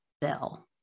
bill